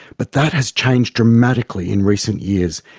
but that has changed dramatically in recent years.